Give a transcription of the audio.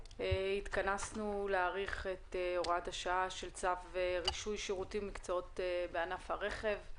התכנסנו להאריך את הוראת השעה של צו רישוי שירותים ומקצועות בענף הרכב.